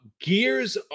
Gears